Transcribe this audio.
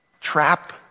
trap